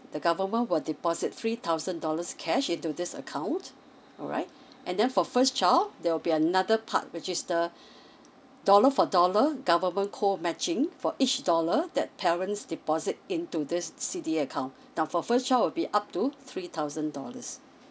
the government will deposit three thousand dollars cash into this account alright and then for first child there will be another part which is the dollar for dollar government co matching for each dollar that parents deposit into this C_D_A account now for first child would be up to three thousand dollars